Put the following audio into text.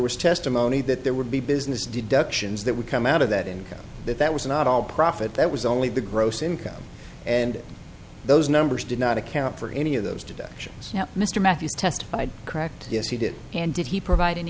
was testimony that there would be business deductions that would come out of that income that that was not all profit that was only the gross income and those numbers did not account for any of those deductions now mr matthews testified cracked yes he did and did he provid